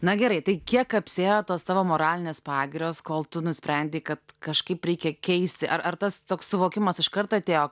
na gerai tai kiek apsėjo tos tavo moralinės pagirios kol tu nusprendei kad kažkaip reikia keisti ar ar tas toks suvokimas iškart atėjo